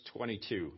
22